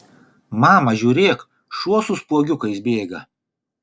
mama žiūrėk šuo su spuogiukais bėga